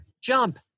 jump